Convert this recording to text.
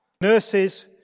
nurses